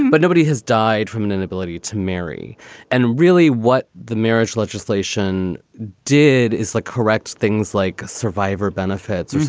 and but nobody has died from an inability to marry and really, what the marriage legislation did is like correct things like survivor benefits,